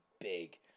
big